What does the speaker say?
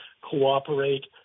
cooperate